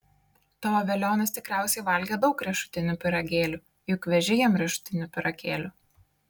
tavo velionis tikriausiai valgė daug riešutinių pyragėlių juk veži jam riešutinių pyragėlių